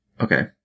Okay